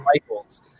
Michaels